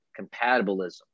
compatibilism